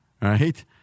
right